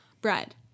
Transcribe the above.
bread